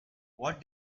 what